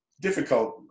difficult